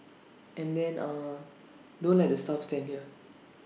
and then ah don't let the staff stand here